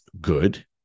good